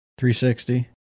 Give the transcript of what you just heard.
360